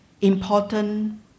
important